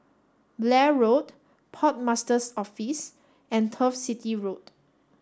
Blair Road Port Master's Office and Turf City Road